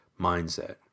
mindset